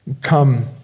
Come